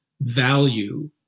value